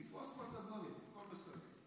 תפרוס כבר את הדברים, הכול בסדר.